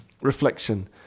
reflection